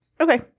Okay